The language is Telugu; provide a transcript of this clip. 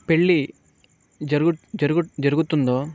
పెళ్ళి జరుగు జరుగుతుందో